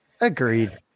Agreed